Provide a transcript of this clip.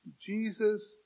Jesus